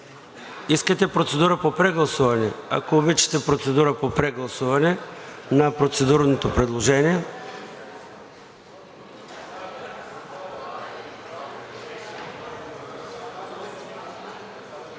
Искате процедура по прегласуване? Ако обичате, процедура по прегласуване на процедурното предложение.